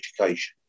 education